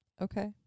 Okay